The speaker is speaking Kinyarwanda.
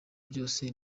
byose